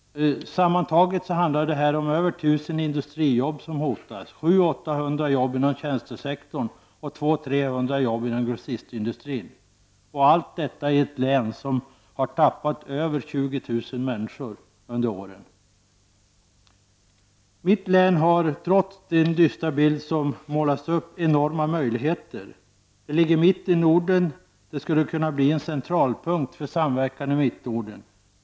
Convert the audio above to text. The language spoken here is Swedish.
Sammantaget handlar det om över 1 000 industrijobb som hotas, jobb inom grossistindustrin. Allt detta i ett län som har tappat över 20 000 människor under åren. ''Mittlän'' har trots den dystra bild jag målar upp enorma möjligheter till utveckling. Det ligger mitt i Norden. Det skulle kunna bli en centralpunkt för samverkan i Mittnorden.